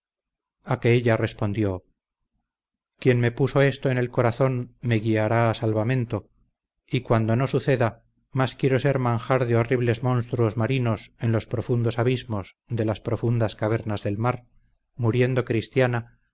ella respondió quien me puso esto en el corazón me guiará a salvamento y cuando no suceda más quiero ser manjar de horribles monstruos marinos en los profundos abismos de las profundas cavernas del mar muriendo cristiana